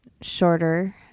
shorter